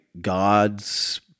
God's